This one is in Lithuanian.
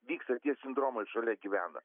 vyksta tie sindromai šalia gyvena